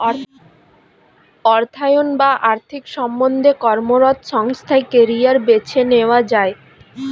অর্থায়ন বা আর্থিক সম্বন্ধে কর্মরত সংস্থায় কেরিয়ার বেছে নেওয়া যায়